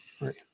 Right